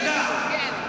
ואגב,